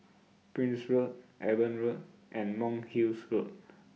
Prince Road Eben Road and Monk's Hill Road